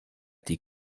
die